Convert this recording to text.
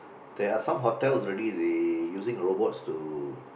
there are hotel already they using robots to